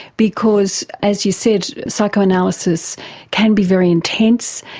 because, as you said, psychoanalysis can be very intense,